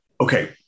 Okay